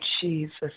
Jesus